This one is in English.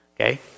Okay